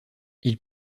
ils